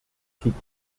zukunft